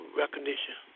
recognition